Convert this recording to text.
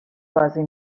بازی